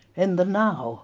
in the now